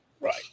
right